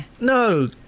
No